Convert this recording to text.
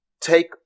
take